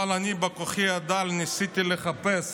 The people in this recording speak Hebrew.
אבל אני בכוחי הדל ניסיתי לחפש